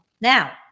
Now